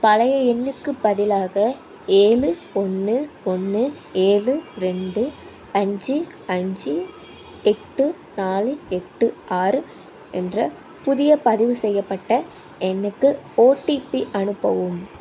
பழைய எண்ணுக்குப் பதிலாக ஏழு ஒன்று ஒன்று ஏழு ரெண்டு அஞ்சு அஞ்சு எட்டு நாலு எட்டு ஆறு என்ற புதிய பதிவு செய்யப்பட்ட எண்ணுக்கு ஓடிபி அனுப்பவும்